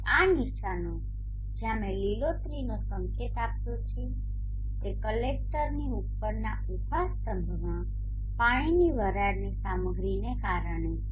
આ નિશાનો જ્યાં મેં લીલોતરીનો સંકેત આપ્યો છે તે કલેક્ટરની ઉપરના ઉભા સ્તંભમાં પાણીની વરાળની સામગ્રીને કારણે છે